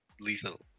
lethal